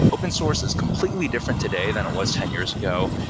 open source is completely different today than it was ten years ago.